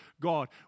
God